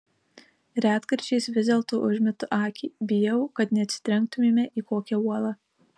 retkarčiais vis dėlto užmetu akį bijau kad neatsitrenktumėme į kokią uolą